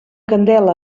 candela